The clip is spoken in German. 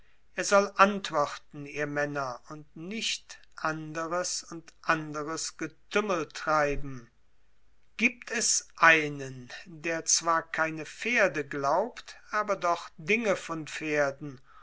er soll antworten ihr männer und nicht anderes und anderes getümmel treiben gibt es einen der zwar keine pferde glaubt aber doch dinge von pferden